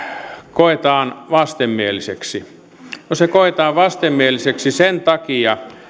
koetaan vastenmieliseksi no se koetaan vastenmieliseksi sen takia